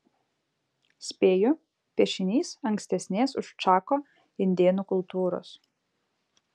spėju piešinys ankstesnės už čako indėnų kultūros